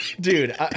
dude